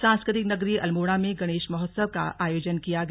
सांस्कृतिक नगरी अल्मोड़ा में गणेश महोत्सव का आयोजन किया गया